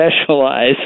specialize